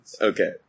okay